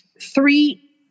three